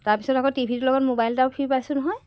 তাৰপিছত আকৌ টিভি টোৰ লগত মোবাইল এটাও ফ্ৰী পাইছোঁ নহয়